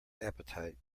appetite